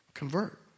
convert